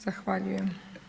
Zahvaljujem.